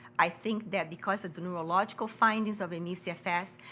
i think that because of the neurological findings of me cfs